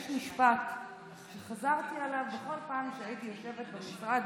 יש משפט שחזרתי עליו בכל פעם שהייתי יושבת במשרד,